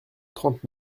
trente